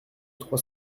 trois